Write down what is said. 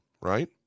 right